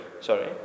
Sorry